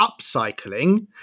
upcycling